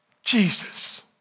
Jesus